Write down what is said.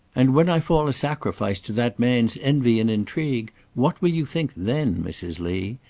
and when i fall a sacrifice to that man's envy and intrigue, what will you think then, mrs. lee?